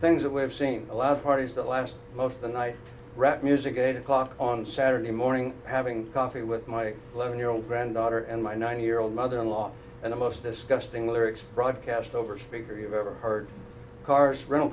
things that we have seen a lot of parties the last of the night rap music eight o'clock on saturday morning having coffee with my eleven year old granddaughter and my ninety year old mother in law and the most disgusting lyrics broadcast over speaker you've ever heard cars rental